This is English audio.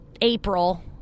April